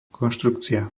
konštrukcia